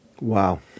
Wow